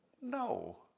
No